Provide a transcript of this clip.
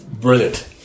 brilliant